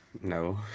no